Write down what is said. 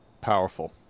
Powerful